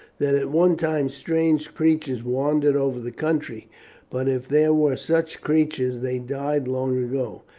that at one time strange creatures wandered over the country but if there were such creatures they died long ago.